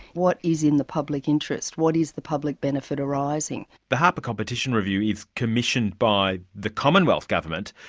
what is in the public interest, what is the public benefit arising? the harper competition review is commissioned by the commonwealth government,